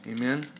Amen